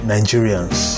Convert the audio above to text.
Nigerians